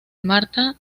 marta